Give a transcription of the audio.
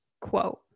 quote